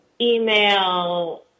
email